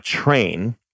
train